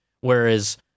Whereas